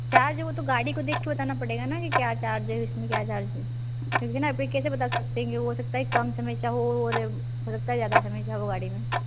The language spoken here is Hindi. चार्ज यह तो गाड़ी को देख कर बताना पड़ेगा न की क्या चार्ज है उसमें क्या चार्ज नहीं अभी न कैसे बात सकते हैं हो सकता है कम समस्या हो या लगता है ज़्यादा समस्या हो